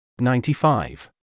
95